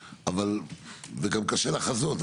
וגם קשה לחזות,